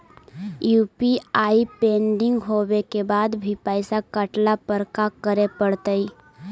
UPI pending होवे के बाद भी पैसा कटला पर का करे पड़तई?